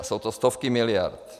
A jsou to stovky miliard.